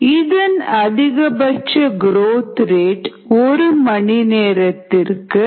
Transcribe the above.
இதன் அதிகபட்ச growth rate ஒரு மணி நேரத்திற்கு 0